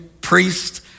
priest